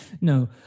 No